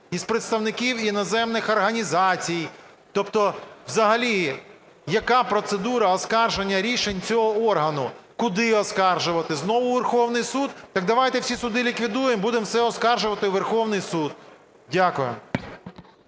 із представників іноземних організацій. Тобто взагалі яка процедура оскарження рішень цього органу? Куди оскаржувати? Знову у Верховний Суд? Так давайте всі суди ліквідуємо, будемо все оскаржувати у Верховний Суд. Дякую.